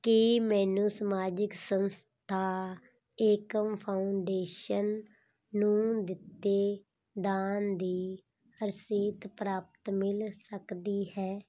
ਕੀ ਮੈਨੂੰ ਸਮਾਜਿਕ ਸੰਸਥਾ ਏਕਮ ਫਾਊਂਡੇਸ਼ਨ ਨੂੰ ਦਿੱਤੇ ਦਾਨ ਦੀ ਰਸੀਦ ਪ੍ਰਾਪਤ ਮਿਲ ਸਕਦੀ ਹੈ